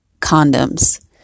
condoms